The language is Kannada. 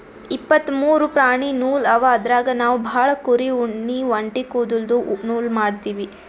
ಇಪ್ಪತ್ತ್ ಮೂರು ಪ್ರಾಣಿ ನೂಲ್ ಅವ ಅದ್ರಾಗ್ ನಾವ್ ಭಾಳ್ ಕುರಿ ಉಣ್ಣಿ ಒಂಟಿ ಕುದಲ್ದು ನೂಲ್ ಮಾಡ್ತೀವಿ